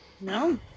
No